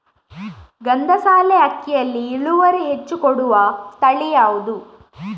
ಗಂಧಸಾಲೆ ಅಕ್ಕಿಯಲ್ಲಿ ಇಳುವರಿ ಹೆಚ್ಚು ಕೊಡುವ ತಳಿ ಯಾವುದು?